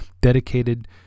dedicated